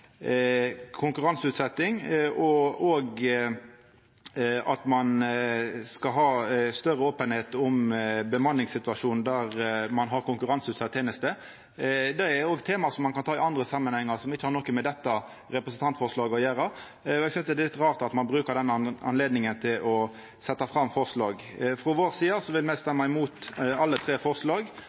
og at ein skal ha større openheit om bemanningssituasjonen der ein har konkurranseutsette tenester. Dette er òg tema som ein kan ta i andre samanhengar, og som ikkje har noko med dette representantforslaget å gjera. Eg synest det er litt rart at ein brukar denne anledninga til å setja fram forslag. Me vil stemme imot alle tre forslaga, og me vil stemma